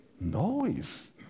noise